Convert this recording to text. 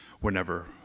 whenever